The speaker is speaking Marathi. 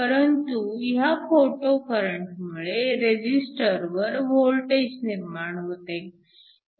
परंतु ह्या फोटो करंटमुळे रेजिस्टरवर वोल्टेज निर्माण होते